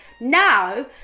Now